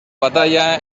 batalla